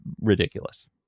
ridiculous